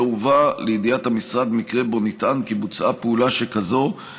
לא הובא לידיעת המשרד מקרה שבו נטען כי בוצעה פעולה שכזאת,